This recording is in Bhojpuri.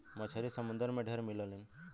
मछरी समुंदर में ढेर मिललीन